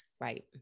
Right